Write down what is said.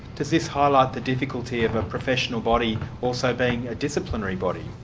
does this highlight the difficulty of a professional body also being a disciplinary body?